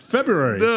February